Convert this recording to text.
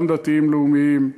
גם דתיים-לאומיים,